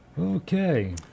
Okay